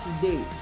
today